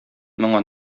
моңа